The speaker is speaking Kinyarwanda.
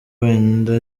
wenda